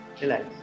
relax